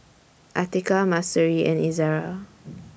Atiqah Mahsuri and Izara